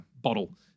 bottle